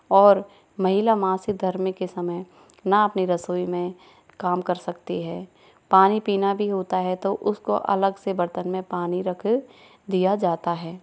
और महिला मासिक धर्म के समय ना अपनी रसोई में काम कर सकती है पानी पीना भी होता है तो उस को अलग से बर्तन में पानी रख दिया जाता है